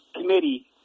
committee